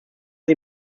sie